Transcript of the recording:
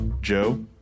joe